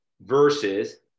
versus